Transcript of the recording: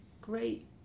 great